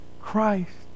Christ